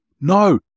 No